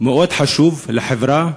מאוד חשוב לחברה,